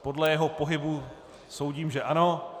Podle jeho pohybu soudím, že ano.